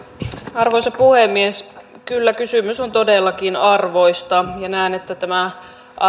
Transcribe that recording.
arvoisa puhemies kyllä kysymys on todellakin arvoista ja näen että tämä